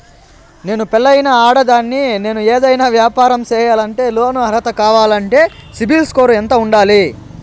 నేను పెళ్ళైన ఆడదాన్ని, నేను ఏదైనా వ్యాపారం సేయాలంటే లోను అర్హత కావాలంటే సిబిల్ స్కోరు ఎంత ఉండాలి?